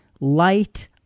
light